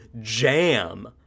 jam